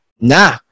Nah